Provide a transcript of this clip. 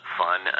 fun